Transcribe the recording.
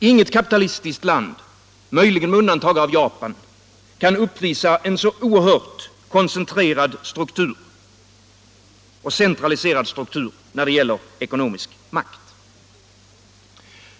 Inget kapitalistiskt land, möjligen med undantag av Japan, kan uppvisa en så oerhört koncentrerad och centraliserad struktur när det gäller ekonomisk makt.